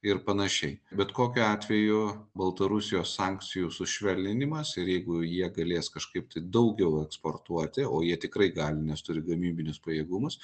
ir panašiai bet kokiu atveju baltarusijos sankcijų sušvelninimas ir jeigu jie galės kažkaip tai daugiau eksportuoti o jie tikrai gali nes turi gamybinius pajėgumus